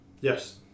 Yes